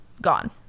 gone